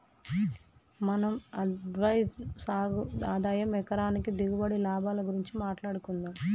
మనం అజ్వైన్ సాగు ఆదాయం ఎకరానికి దిగుబడి, లాభాల గురించి మాట్లాడుకుందం